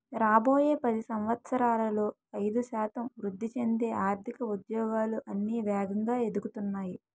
రాబోయే పది సంవత్సరాలలో ఐదు శాతం వృద్ధి చెందే ఆర్థిక ఉద్యోగాలు అన్నీ వేగంగా ఎదుగుతున్నాయి